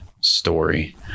story